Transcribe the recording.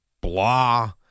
blah